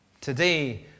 today